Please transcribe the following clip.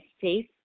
safe